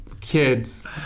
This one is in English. kids